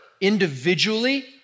individually